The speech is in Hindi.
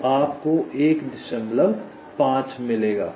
तो आपको 15 मिलेगा